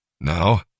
Now